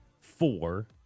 four